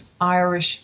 Irish